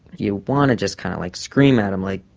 you want to just kind of like scream at um like